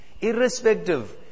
Irrespective